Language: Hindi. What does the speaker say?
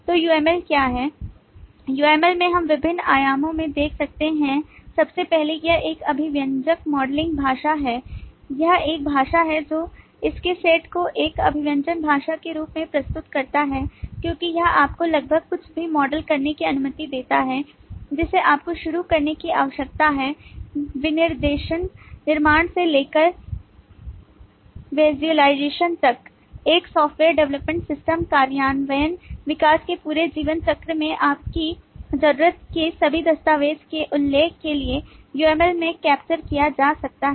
तो UML क्या है UML में हम विभिन्न आयामों में देख सकते हैं सब You recall from the earlier discussion that we had talked about reuse were talked about common patterns that occur frequently in complex systems that occur across domains and so on so what UML has done UML has tried to create semantiसे पहले यह एक अभिव्यंजक मॉडलिंग भाषा है यह एक भाषा है जो इसके सेट को एक अभिव्यंजक भाषा के रूप में प्रस्तुत करता है क्योंकि यह आपको लगभग कुछ भी मॉडल करने की अनुमति देता है जिसे आपको शुरू करने की आवश्यकता है विनिर्देशन निर्माण से लेकर विज़ुअलाइज़ेशन तक एक software development system कार्यान्वयन विकास के पूरे जीवन चक्र में आपकी ज़रूरत के सभी दस्तावेज़ों के प्रलेखन के लिए UML में कैप्चर किया जा सकता है